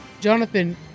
Jonathan